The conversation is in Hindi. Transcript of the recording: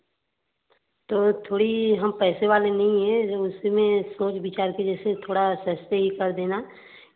तो थोड़ी हम पैसे वाले नहीं हैं जो उसी में सोच विचार के जैसे थोड़ा सस्ती कर देना